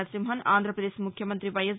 నరసింహన్ ఆంధ్రపదేశ్ ముఖ్యమంతి వైఎస్